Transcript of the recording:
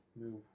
move